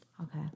Okay